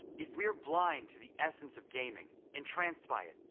if we're blind to the essence of gaming, entranced by it,